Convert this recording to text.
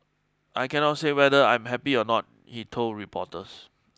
I cannot say whether I'm happy or not he told reporters